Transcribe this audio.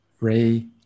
Ray